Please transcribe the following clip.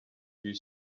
you